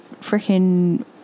freaking